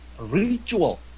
ritual